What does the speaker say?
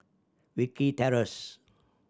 Wilkie Terrace